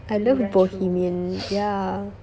I love bohemian ya